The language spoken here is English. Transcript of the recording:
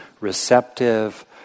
receptive